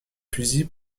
fusil